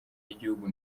y’igihugu